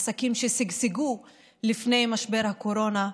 עסקים ששגשגו לפני משבר הקורונה,